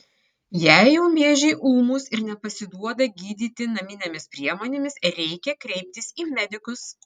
jei jau miežiai ūmūs ir nepasiduoda gydyti naminėmis priemonėmis reikia kreiptis į medikus